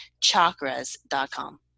chakras.com